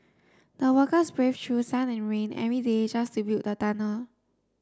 the workers braved through sun and rain every day just to build the tunnel